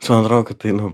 nes man atro kad tai nu